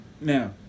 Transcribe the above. Now